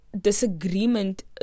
disagreement